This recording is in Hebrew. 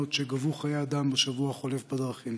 שגבו חיי אדם בשבוע החולף בדרכים.